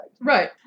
Right